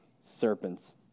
serpents